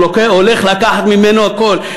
הוא הולך לקחת ממנו הכול.